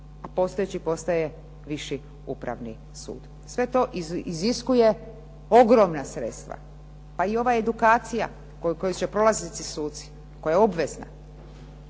a postojeći postaje Viši Upravni sud. Sve to iziskuje ogromna sredstva, pa i ova edukacija koju će prolaziti suci koja je obvezna.